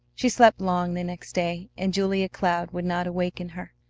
she slept long the next day, and julia cloud would not waken her.